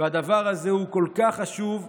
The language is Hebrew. הדבר הזה הוא כל כך חשוב.